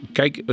kijk